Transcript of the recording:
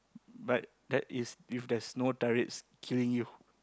but that is if there's no turrets killing you